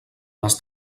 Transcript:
les